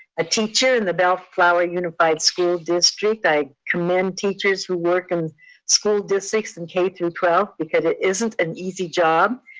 a teacher in at the bellflower unified school district. i commend teacher who work in school districts in k through twelve, because it isn't an easy job.